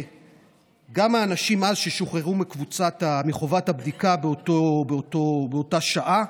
ואנשים אז שוחררו מחובת הבדיקה באותה שעה.